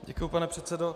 Děkuji, pane předsedo.